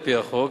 על-פי החוק,